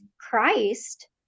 Christ